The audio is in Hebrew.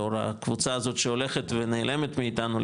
לאור הקבוצה הזאת שהולכת ונעלמת מאיתנו,